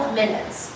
minutes